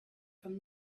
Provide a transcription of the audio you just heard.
from